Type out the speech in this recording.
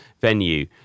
venue